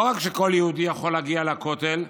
לא רק שכל יהודי יכול להגיע לכותל,